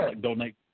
Donate